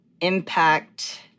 impact